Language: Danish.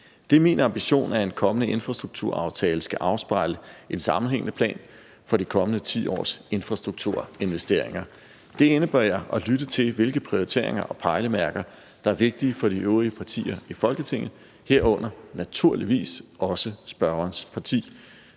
Det er min ambition, at en kommende infrastrukturaftale skal afspejle en sammenhængende plan for de kommende 10 års infrastrukturinvesteringer. Det indebærer at lytte til, hvilke prioriteringer og pejlemærker der er vigtige for de øvrige partier i Folketinget, herunder naturligvis også spørgerens parti.